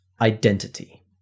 identity